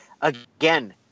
Again